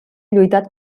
lluitat